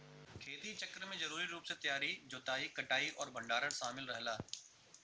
खेती चक्र में जरूरी रूप से तैयारी जोताई कटाई और भंडारण शामिल रहला